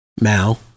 Mao